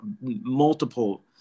multiple